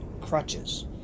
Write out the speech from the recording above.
Crutches